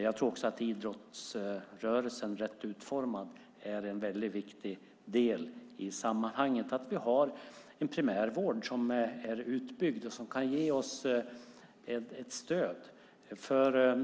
Jag tror också att idrottsrörelsen, rätt utformad, är en väldigt viktig del i sammanhanget. Det är också viktigt att vi har en utbyggd primärvård som kan ge oss ett stöd.